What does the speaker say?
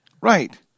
Right